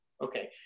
Okay